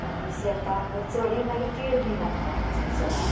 आनी शेतांक चडय मागीर कीड बी लागता आमच्या शेतांक